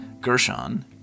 Gershon